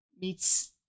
meets